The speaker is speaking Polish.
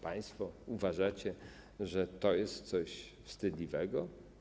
Państwo uważacie, że to jest coś wstydliwego?